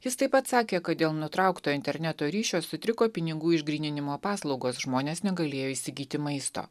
jis taip pat sakė kad dėl nutraukto interneto ryšio sutriko pinigų išgryninimo paslaugos žmonės negalėjo įsigyti maisto